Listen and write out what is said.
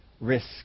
risk